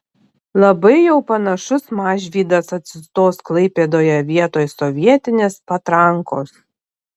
labai jau panašus mažvydas atsistos klaipėdoje vietoj sovietinės patrankos